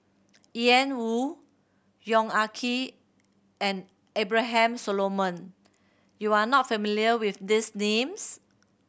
Ian Woo Yong Ah Kee and Abraham Solomon you are not familiar with these names